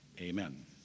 Amen